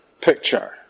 picture